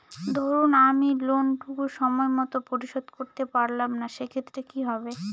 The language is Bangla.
ধরুন আমি লোন টুকু সময় মত পরিশোধ করতে পারলাম না সেক্ষেত্রে কি হবে?